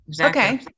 okay